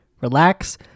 relax